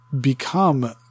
become